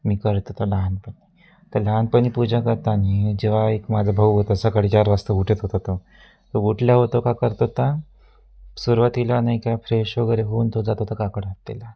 मी करत हो तो लहानपणी तर लहानपणी पूजा करताना जेव्हा एक माझा भाऊ होता सकाळी चार वाजता उठत होता तो उठल्यावर तो का करत होता सुरुवातीला नाही काय फ्रेश वगैरे होऊन तो जात होता काकड आरतीला